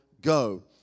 go